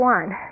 one